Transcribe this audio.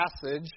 passage